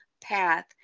path